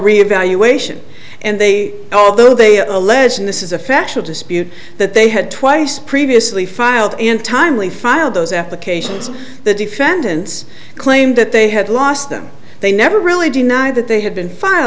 reevaluation and they although they allege and this is a factual dispute that they had twice previously filed in timely filed those applications the defendants claimed that they had lost them they never really deny that they had been file